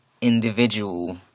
individual